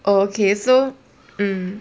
okay so mm